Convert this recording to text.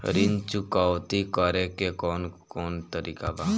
ऋण चुकौती करेके कौन कोन तरीका बा?